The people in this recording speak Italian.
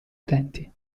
utenti